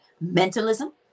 Mentalism